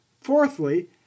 Fourthly